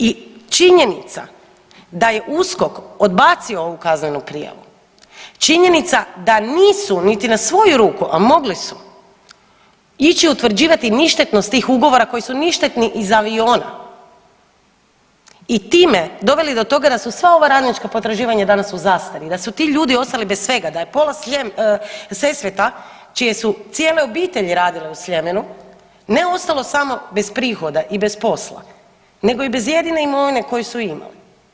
I činjenica da je USKOK odbacio ovu kaznenu prijavu, činjenica da nisu niti na svoju ruku, a mogli su ići utvrđivati ništetnost tih ugovora koji su ništetni iz aviona i time doveli do toga da su sva ova radnička potraživanja danas u zastari, da su ti ljudi ostali bez svega, da je pola Sesveta čije su cijele obitelji radile u Sljemu ne ostalo samo bez prihoda i bez posla nego i bez jedine imovine koju su imali.